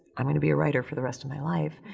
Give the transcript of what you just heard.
i'm gonna be a writer for the rest of my life,